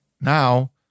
now